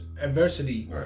adversity